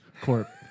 Corp